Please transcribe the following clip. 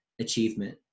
achievement